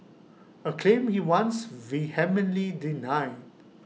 A claim he once vehemently denied